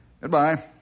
Goodbye